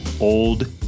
old